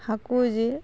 ᱦᱟᱹᱠᱩ ᱡᱤᱞ